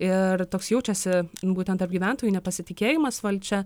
ir toks jaučiasi būtent tarp gyventojų nepasitikėjimas valdžia